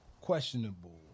questionable